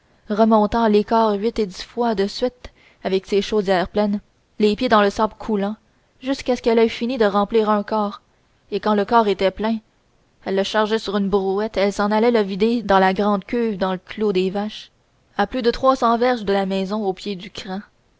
remontant l'écarre huit et dix fois de suite avec ses chaudières pleines les pieds dans le sable coulant jusqu'à ce qu'elle ait eu fini de remplir un quart et quand le quart était plein elle le chargeait sur une brouette et s'en allait le vider dans la grande cuve dans le clos des vaches à plus de trois cents verges de la maison au pied du cran